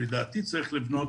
לדעתי צריך לבנות